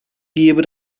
gebe